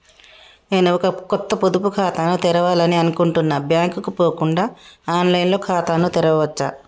నేను ఒక కొత్త పొదుపు ఖాతాను తెరవాలని అనుకుంటున్నా బ్యాంక్ కు పోకుండా ఆన్ లైన్ లో ఖాతాను తెరవవచ్చా?